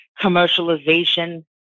commercialization